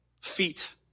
feet